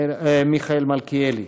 מיכאל מלכיאלי.